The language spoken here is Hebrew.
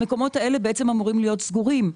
המקומות האלה אמורים להיות סגורים.